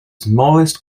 smallest